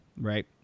right